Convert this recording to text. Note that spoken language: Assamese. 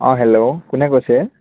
অঁ হেল্ল' কোনে কৈছে